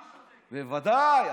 בוודאי,